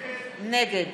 נגד